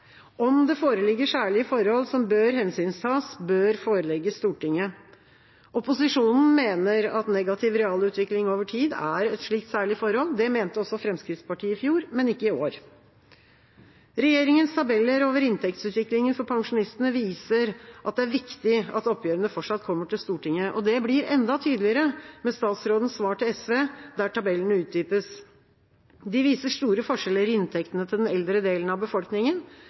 Om det foreligger særlige forhold som bør hensyntas, bør de forelegges Stortinget. Opposisjonen mener at negativ reallønnsutvikling over tid er et slikt særlig forhold. Det mente også Fremskrittspartiet i fjor, men ikke i år. Regjeringens tabeller over inntektsutviklingen for pensjonistene viser at det er viktig at oppgjørene fortsatt kommer til Stortinget, og det blir enda tydeligere med statsrådens svar til SV, der tabellene utdypes. De viser store forskjeller i inntektene til den eldre delen av befolkningen.